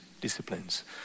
disciplines